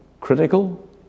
critical